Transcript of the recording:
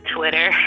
Twitter